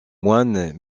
moines